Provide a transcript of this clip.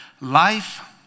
life